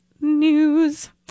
news